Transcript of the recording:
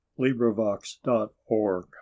LibriVox.org